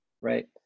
right